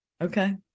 Okay